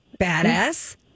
badass